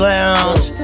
Lounge